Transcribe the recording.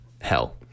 Hell